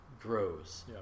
grows